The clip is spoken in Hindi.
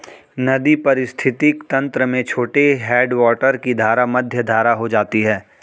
नदी पारिस्थितिक तंत्र में छोटे हैडवाटर की धारा मध्यम धारा हो जाती है